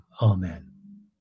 Amen